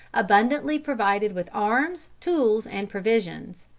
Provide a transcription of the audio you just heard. abundantly provided with arms, tools and provisions.